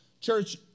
church